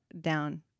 down